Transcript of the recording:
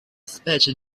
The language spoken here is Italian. specie